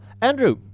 Andrew